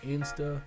Insta